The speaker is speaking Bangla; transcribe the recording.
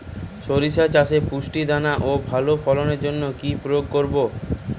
শরিষা চাষে পুষ্ট দানা ও ভালো ফলনের জন্য কি প্রয়োগ করব?